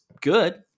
good